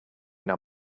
been